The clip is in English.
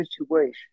situation